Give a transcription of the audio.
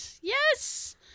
Yes